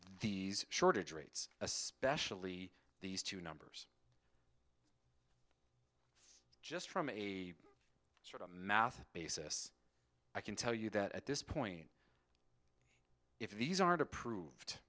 shortage rates especially these two numbers just from a sort of math basis i can tell you that at this point if these aren't approved